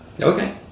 Okay